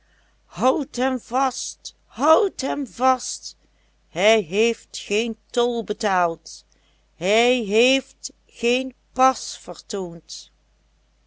houdt hem vast houdt hem vast hij heeft geen tol betaald hij heeft geen pas vertoond